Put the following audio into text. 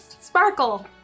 Sparkle